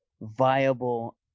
viable